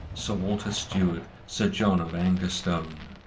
sir walter steward, sir john of agerstone.